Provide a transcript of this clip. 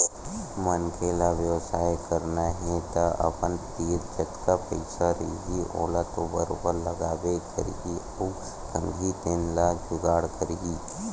मनखे ल बेवसाय करना हे तअपन तीर जतका पइसा रइही ओला तो बरोबर लगाबे करही अउ खंगही तेन ल जुगाड़ करही